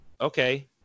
okay